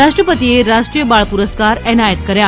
રાષ્ટ્રપતિએ રાષ્ટિય બાળ પુરસ્કાર એનાયત કર્યા